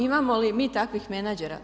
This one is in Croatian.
Imamo li mi takvih menadžera?